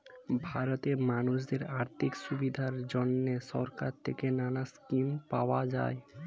ভারতে মানুষদের আর্থিক সুবিধার জন্যে সরকার থেকে নানা স্কিম পাওয়া যায়